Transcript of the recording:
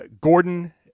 Gordon